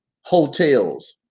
hotels